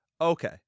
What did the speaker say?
Okay